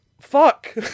fuck